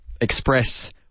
express